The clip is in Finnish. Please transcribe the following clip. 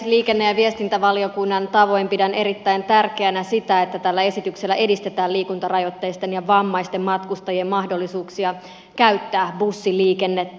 liikenne ja viestintävaliokunnan tavoin pidän erittäin tärkeänä sitä että tällä esityksellä edistetään liikuntarajoitteisten ja vammaisten matkustajien mahdollisuuksia käyttää bussiliikennettä